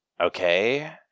okay